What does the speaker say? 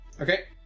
Okay